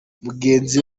mugenzi